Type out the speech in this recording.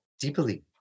deeply